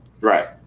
Right